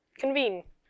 convene